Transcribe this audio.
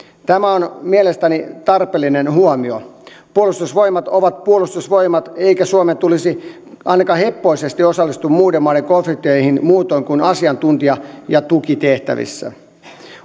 tämä on mielestäni tarpeellinen huomio puolustusvoimat ovat puolustusvoimat eikä suomen tulisi ainakaan heppoisesti osallistua muiden maiden konflikteihin muutoin kuin asiantuntija ja tukitehtävissä